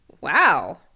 Wow